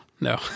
no